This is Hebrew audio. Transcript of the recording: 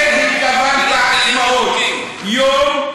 לזה התכוונת "עצמאות" יום,